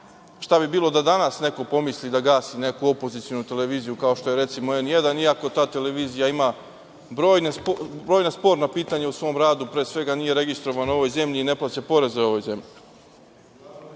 šta bi bilo da danas neko pomisli da gasi neku opozicionu televiziju kao što je, recimo, „N1“, iako ta televizija ima brojna sporna pitanja u svom radu, pre svega nije registrovana u ovoj zemlji i ne plaća poreze ovoj zemlji.U